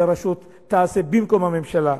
שהרשות תעשה במקום הממשלה.